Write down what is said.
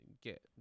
get